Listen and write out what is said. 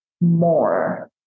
more